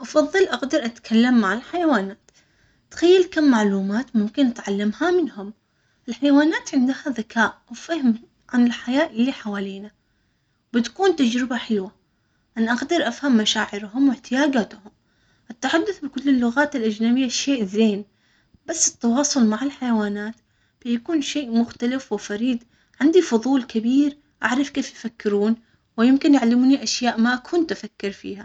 أفضل أقدر أتكلم مع الحيوانات، تخيل كم معلومات ممكن تعلمها منهم الحيوانات عندها ذكاء، وفهم عن الحياة اللي حوالينا بتكون تجربة حلوة أنا أقدر أفهم مشاعرهم واحتياجاتهم، التحدث بكل اللغات الأجنبية شيء زين، بس التواصل مع الحيوانات بيكون شيء مختلف وفريد عندي فضول.